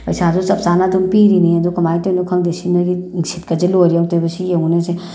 ꯄꯩꯁꯥꯁꯨ ꯆꯞ ꯆꯥꯅ ꯑꯗꯨꯝ ꯄꯤꯔꯤꯅꯤ ꯑꯗꯨ ꯀꯃꯥꯏꯅ ꯇꯧꯔꯤꯅꯣ ꯈꯪꯗꯦ ꯁꯤꯠꯀꯁꯦ ꯂꯣꯏꯔꯦ ꯑꯃꯨꯛꯇꯣꯏꯕ ꯁꯤ ꯌꯦꯡꯉꯨꯅꯦ ꯁꯦ